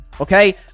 okay